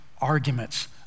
arguments